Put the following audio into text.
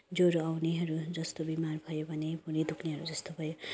ज्वरो आउनेहरू जस्तो बिमार भयो भने भुँडी दुख्नेहरू जस्तो भयो